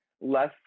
less